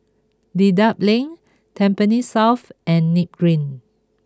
Dedap Link Tampines South and Nim Green